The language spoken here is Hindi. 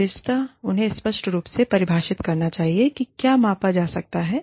विशेषतः उन्हें स्पष्ट रूप से परिभाषित करना चाहिए कि क्या मापा जा रहा है